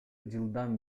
жылдан